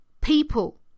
people